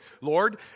Lord